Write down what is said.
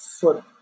foot